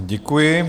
Děkuji.